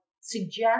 suggest